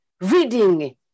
reading